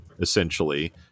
essentially